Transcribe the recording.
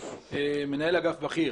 מנהל אגף בכיר